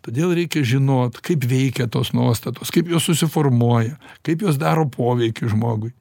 todėl reikia žinot kaip veikia tos nuostatos kaip jos susiformuoja kaip jos daro poveikį žmogui